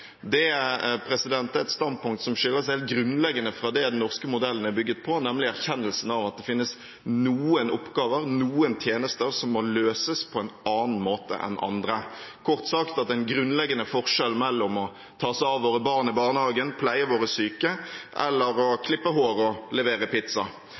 Det er et standpunkt som skiller seg helt grunnleggende fra det den norske modellen er bygget på, nemlig erkjennelsen av at det finnes noen oppgaver og tjenester som må løses på en annen måte enn andre – kort sagt at det er en grunnleggende forskjell mellom det å ta seg av våre barn i barnehagen eller pleie våre syke, og det å